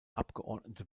abgeordnete